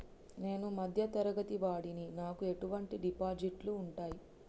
నేను మధ్య తరగతి వాడిని నాకు ఎటువంటి డిపాజిట్లు ఉంటయ్?